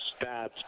stats